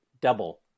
double